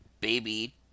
baby